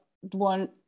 one